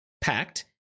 packed